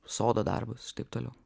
sodo darbus ir taip toliau